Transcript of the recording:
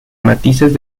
matices